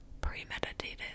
premeditated